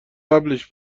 قبلش